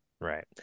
right